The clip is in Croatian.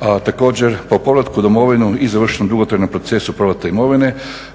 A također po povratku i domovinu i završenom dugotrajnom procesu povrata imovine,